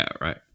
right